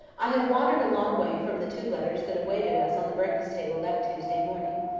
i have wandered a long way from the two letters that awaited us on the breakfast-table that tuesday morning.